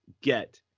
get